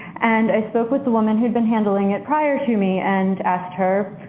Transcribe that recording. and i spoke with the woman who had been handling it prior to me and asked her